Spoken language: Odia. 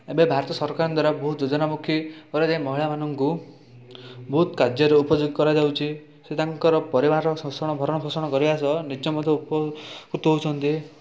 ଏବେ ଭାରତ ସରକାରଙ୍କ ଦ୍ୱାରା ବହୁତ ଯୋଜନା ମୁଖୀ କରାଯାଇ ମହିଳାମାନଙ୍କୁ ବହୁତ କାର୍ଯ୍ୟରେ ଉପଯେଗୀ କରାଯାଉଛି ସେ ତାଙ୍କର ପରିବାର ଶୋଷଣ ଭରଣପୋଷଣ କରିବା ସହ ନିଜେ ମଧ୍ୟ ଉପକୃତ ହେଉଛନ୍ତି